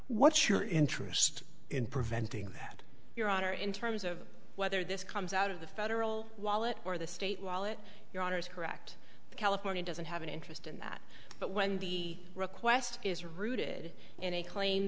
what's your interest in preventing that your honor in terms of whether this comes out of the federal wallet or the state wallet your honour's correct california doesn't have an interest in that but when the request is rooted in a claim